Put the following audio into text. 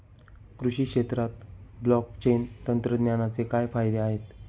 कृषी क्षेत्रात ब्लॉकचेन तंत्रज्ञानाचे काय फायदे आहेत?